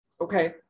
Okay